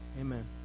Amen